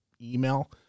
email